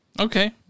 Okay